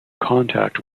contact